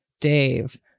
Dave